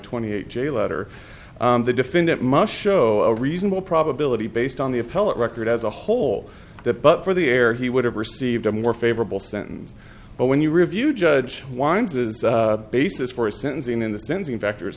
twenty eight j letter the defendant must show a reasonable probability based on the appellate record as a whole that but for the air he would have received a more favorable sentence but when you review judge wyness the basis for sentencing in the sense in factors